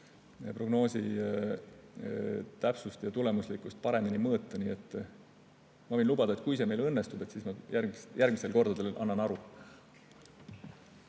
prognoosi täpsust ja tulemuslikkust paremini mõõta. Ma võin lubada, et kui see meil õnnestub, siis ma järgmistel kordadel annan aru.